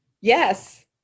Yes